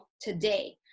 today